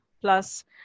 Plus